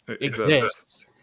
exists